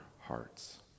hearts